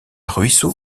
ruisseau